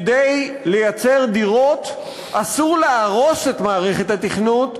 כדי לייצר דירות אסור להרוס את מערכת התכנון,